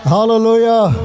Hallelujah